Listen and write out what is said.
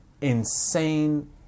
Insane